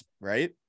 right